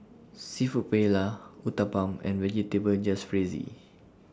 Seafood Paella Uthapam and Vegetable Jalfrezi